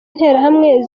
interahamwe